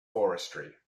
forestry